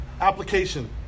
application